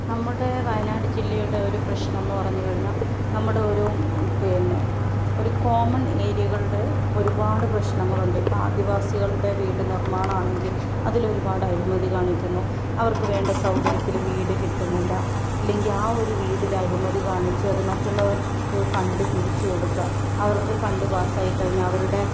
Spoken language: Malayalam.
നമ്മുടെ വയനാട് ജില്ലയുടെ ഒരു പ്രശ്നം എന്നു പറഞ്ഞു കഴിഞ്ഞാൽ നമ്മുടെ ഒരു പിന്നെ ഒരു കോമൺ ഏരിയകളിൽ ഒരുപാട് പ്രശ്നങ്ങളുണ്ട് ഇപ്പോൾ ആദിവാസികളുടെ വീട് നിർമ്മാണമാണെങ്കിൽ അതിലൊരുപാട് അഴിമതി കാണിക്കുന്നു അവർക്ക് വേണ്ട സൗകര്യത്തിൽ വീട് കിട്ടുന്നില്ല ഇല്ലെങ്കിൽ ആ ഒരു വീട്ടിൽ അഴിമതി കാണിച്ച് അത് മറ്റുള്ളവർക്ക് ഫണ്ട് തിരിച്ച് കൊടുക്കുക അവർക്ക് ഫണ്ട് പാസ്സായിക്കഴിഞ്ഞാൽ അവരുടെ